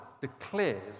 declares